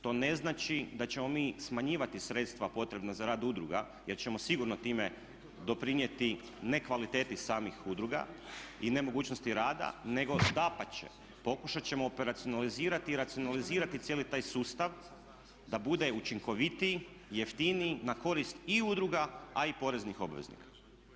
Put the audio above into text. To ne znači da ćemo mi smanjivati sredstva potrebna za rad udruga jer ćemo sigurno time doprinijeti ne kvaliteti samih udruga i nemogućnosti rada nego dapače pokušat ćemo operacionalizirati i racionalizirati cijeli taj sustav da bude učinkovitiji, jeftiniji, na korist i udruga a i poreznih obveznika.